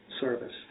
service